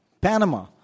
Panama